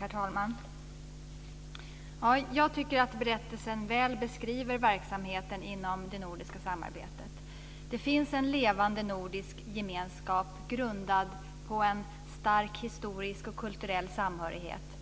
Herr talman! Jag tycker att berättelsen mycket väl beskriver verksamheten i det nordiska samarbetet. Det finns en levande nordisk gemenskap grundad på en stark historisk och kulturell samhörighet,